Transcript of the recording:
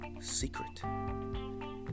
Secret